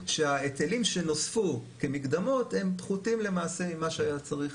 שההיטלים שנוספו כמקדמות הם פחותים למעשה ממה שהיה צריך